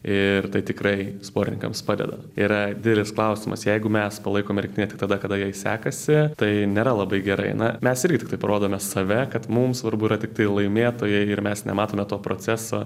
ir tai tikrai sportininkams padeda yra didelis klausimas jeigu mes palaikome rinktinę tik tada kada jai sekasi tai nėra labai gerai na mes irgi tiktai parodome save kad mums svarbu yra tiktai laimėtojai ir mes nematome to proceso